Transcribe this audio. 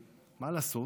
מה לעשות,